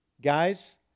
Guys